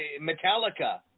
Metallica